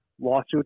lawsuit